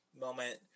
moment